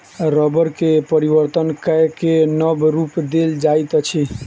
रबड़ के परिवर्तन कय के नब रूप देल जाइत अछि